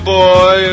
boy